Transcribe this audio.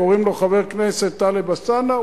קוראים לו חבר הכנסת טלב אלסאנע.